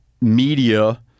media